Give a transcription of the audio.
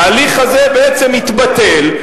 ההליך הזה בעצם מתבטל.